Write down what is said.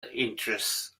interests